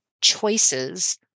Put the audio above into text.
choices